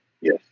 Yes